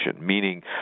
Meaning